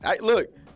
Look